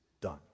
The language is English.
done